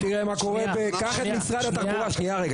שנייה,